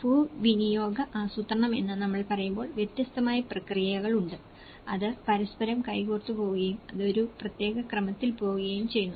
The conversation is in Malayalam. ഭൂവിനിയോഗ ആസൂത്രണം എന്ന് നമ്മൾ പറയുമ്പോൾ വ്യത്യസ്തമായ പ്രക്രിയകൾ ഉണ്ട് അത് പരസ്പരം കൈകോർത്ത് പോകുകയും അത് ഒരു പ്രത്യേക ക്രമത്തിൽ പോകുകയും ചെയ്യുന്നു